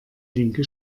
linke